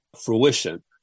fruition